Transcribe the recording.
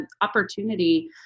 opportunity